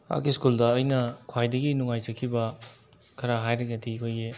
ꯁ꯭ꯀꯨꯜꯗ ꯑꯩꯅ ꯈ꯭ꯋꯥꯏꯗꯒꯤ ꯅꯨꯡꯉꯥꯏꯖꯈꯤꯕ ꯈꯔ ꯍꯥꯏꯔꯒꯗꯤ ꯑꯩꯈꯣꯏꯒꯤ